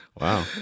Wow